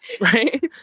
right